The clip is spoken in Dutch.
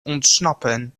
ontsnappen